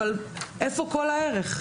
אבל איפה כל הערך?